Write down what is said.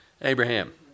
Abraham